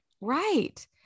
Right